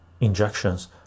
injections